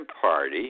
Party